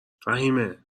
فهیمه